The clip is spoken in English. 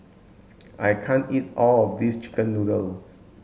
I can't eat all of this chicken noodles